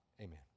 Amen